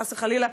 חס וחלילה,